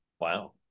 Wow